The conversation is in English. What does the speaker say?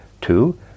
Two